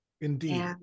Indeed